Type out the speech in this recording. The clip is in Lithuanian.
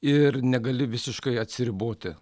ir negali visiškai atsiriboti